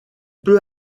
peut